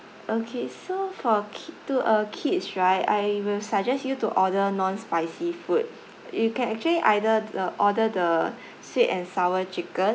okay so for k~ to a kids right I will suggest you to order non spicy food you can actually either the order the sweet and sour chicken